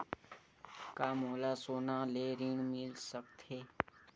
का मोला सोना ले ऋण मिल सकथे?